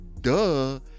duh